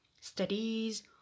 studies